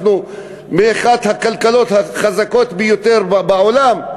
אנחנו אחת הכלכלות החזקות ביותר בעולם.